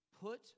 put